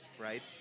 right